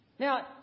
Now